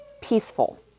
peaceful